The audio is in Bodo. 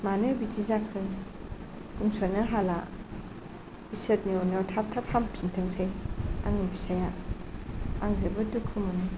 मानो बिदि जाखो बुंस'नो हाला इसोरनि अन्नायाव थाब थाब हामफिनथोंसै आंनि फिसाइया आं जोबोद दुखु मोनो